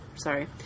sorry